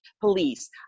police